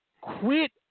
Quit